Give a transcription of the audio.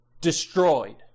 Destroyed